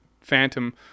phantom